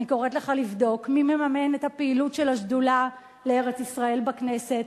אני קוראת לך לבדוק מי מממן את הפעילות של השדולה לארץ-ישראל בכנסת.